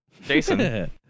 jason